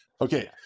Okay